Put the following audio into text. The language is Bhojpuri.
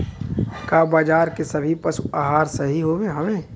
का बाजार क सभी पशु आहार सही हवें?